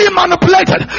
manipulated